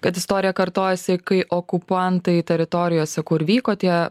kad istorija kartojasi kai okupantai teritorijose kur vyko tie